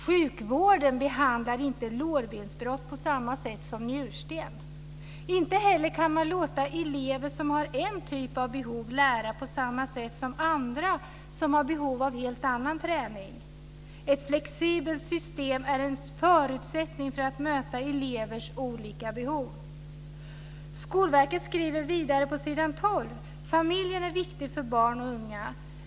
Sjukvården behandlar inte lårbensbrott på samma sätt som njursten. Inte heller kan man låta elever som har en typ av behov lära på samma sätt som andra som har behov av en helt annan träning. Ett flexibelt system är en förutsättning för att möta elevers olika behov. Skolverket skriver vidare på s. 12: "Familjen är viktig för barn och unga.